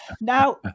Now